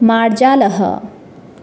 मार्जालः